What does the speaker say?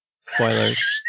Spoilers